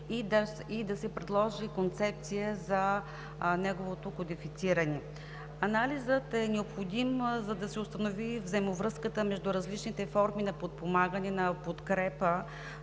и да се предложи концепция за неговото кодифициране. Анализът е необходим, за да се установи взаимовръзката между различните форми на подпомагане, на подкрепа